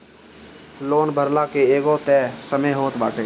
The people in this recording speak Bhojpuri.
लोन भरला के एगो तय समय होत बाटे